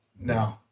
No